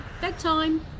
Bedtime